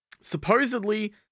Supposedly